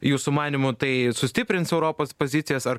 jūsų manymu tai sustiprins europos pozicijas ar